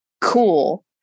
Cool